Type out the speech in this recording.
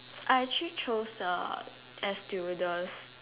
I actually chose air stewardess